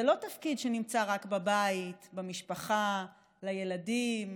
זה לא תפקיד שנמצא רק בבית, במשפחה, לילדים,